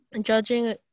judging